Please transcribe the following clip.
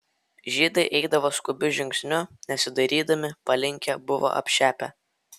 žydai eidavo skubiu žingsniu nesidairydami palinkę buvo apšepę